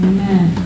Amen